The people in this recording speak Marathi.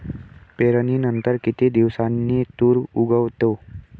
पेरणीनंतर किती दिवसांनी तूर उगवतो?